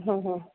ହଁ ହଁ